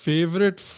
Favorite